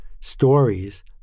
stories